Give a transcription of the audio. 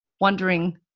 wondering